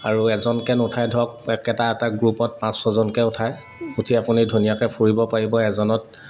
আৰু এজনকৈ নুঠায় ধৰক এটা এটা গ্ৰুপত পাঁচ ছজনকৈ উঠায় উঠি আপুনি ধুনীয়াকৈ ফুৰিব পাৰিব এজনত